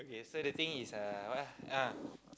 okay so the thing is uh what ah ah